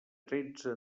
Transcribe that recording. tretze